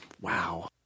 Wow